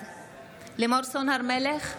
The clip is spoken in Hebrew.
בעד לימור סון הר מלך,